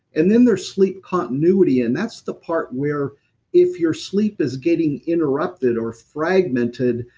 and then there's sleep continuity, and that's the part where if your sleep is getting interrupted or fragmented,